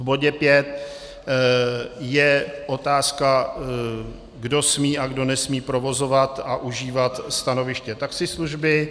V bodě pět je otázka, kdo smí a kdo nesmí provozovat a užívat stanoviště taxislužby.